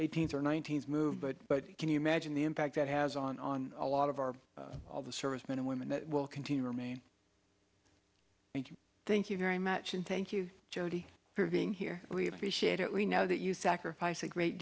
eighteenth or nineteenth move but can you imagine the impact that has on on a lot of our all the servicemen and women that will continue to remain and thank you very much and thank you jody for being here we appreciate it we know that you sacrifice a great